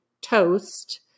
toast